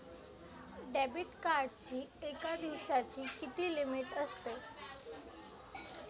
Debit कार्डची एका दिवसाची किती लिमिट असते?